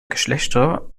geschlechter